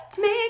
Make